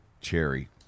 cherry